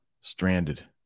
Stranded